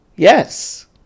Yes